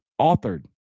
authored